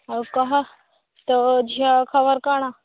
ଆଉ କହ ତୋ ଝିଅ ଖବର କ'ଣ